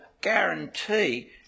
guarantee